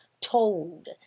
told